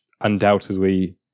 undoubtedly